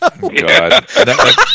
God